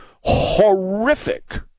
horrific